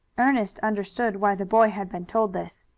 ernest understood why the boy had been told this.